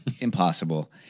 impossible